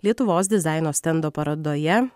lietuvos dizaino stendo parodoje